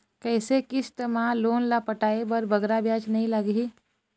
कइसे किस्त मा लोन ला पटाए बर बगरा ब्याज नहीं लगही?